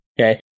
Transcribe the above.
Okay